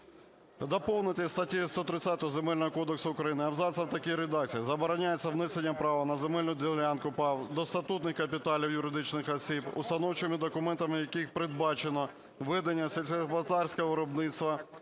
Доповнити статтю 130 Земельного кодексу України абзацом в такій редакції: "Забороняється внесення права на земельну ділянку (пай) до статутних капіталів юридичних осіб, установчими документами яких передбачено ведення сільськогосподарського виробництва,